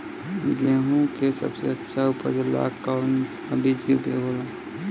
गेहूँ के सबसे अच्छा उपज ला कौन सा बिज के उपयोग होला?